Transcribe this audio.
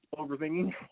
overthinking